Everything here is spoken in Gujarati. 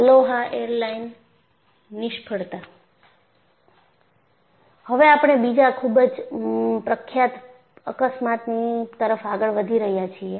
અલોહા એઈરલાઇન નિષ્ફળતા હવે આપણે બીજા ખૂબ જ પ્રખ્યાત અકસ્માતની તરફ આગળ વધી રહ્યા છીએ